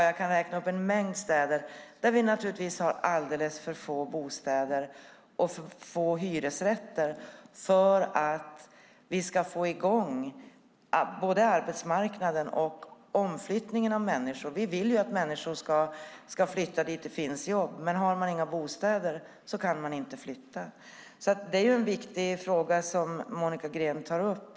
Jag kan räkna upp en mängd städer där det naturligtvis finns alldeles för få bostäder och för få hyresrätter för att få i gång arbetsmarknaden och omflyttningen av människor. Vi vill att människor ska flytta dit det finns jobb, men om det inte finns bostäder kan de inte flytta. Det är en viktig fråga som Monica Green tar upp.